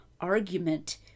argument